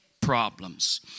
problems